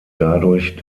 dadurch